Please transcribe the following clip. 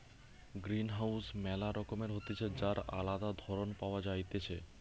greenhouse ম্যালা রকমের হতিছে যার আলদা ধরণ পাওয়া যাইতেছে